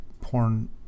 porn